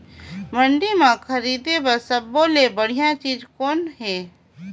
मंडी म खरीदे बर सब्बो ले बढ़िया चीज़ कौन हे?